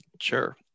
Sure